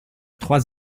trois